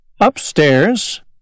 Upstairs